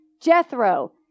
Jethro